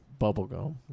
Bubblegum